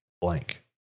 blank